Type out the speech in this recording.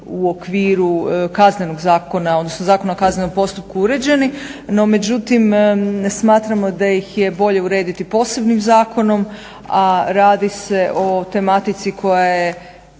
u okviru KZ-a, odnosno ZKP-a uređeni, no međutim smatramo da ih je bolje urediti posebnim zakonom, a radi se o tematici koja je